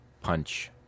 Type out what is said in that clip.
punch